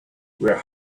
were